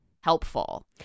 helpful